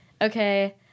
okay